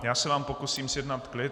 Já se vám pokusím zjednat klid.